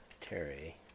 Terry